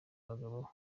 abagabo